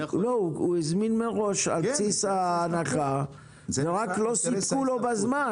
הוא הזמין מראש על בסיס ההנחה, רק לא סיפקו בזמן.